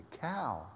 cow